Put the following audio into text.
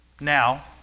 now